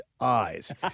eyes